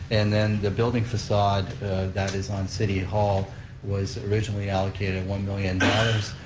and then the building facade that is on city hall was originally allocated one million dollars,